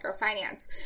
microfinance